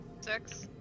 Six